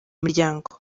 miryango